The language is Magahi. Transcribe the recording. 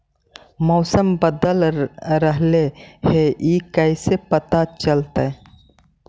मौसम बदल रहले हे इ कैसे पता चलतै?